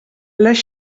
les